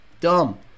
dumb